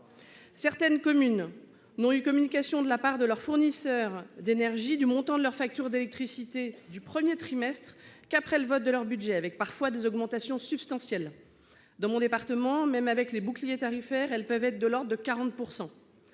Certaines communes n'ont eu communication de la part de leur fournisseur d'énergie du montant de leur facture d'électricité du premier trimestre qu'après le vote de leur budget avec parfois des augmentations substantielles dans mon département, même avec les boucliers tarifaires, elles peuvent être de l'Ordre de 40%.